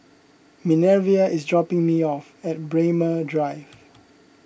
Minervia is dropping me off at Braemar Drive